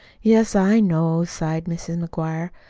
yes, i know, sighed mrs. mcguire.